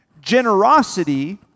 generosity